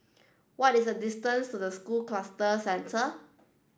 what is the distance to the School Cluster Centre